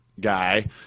guy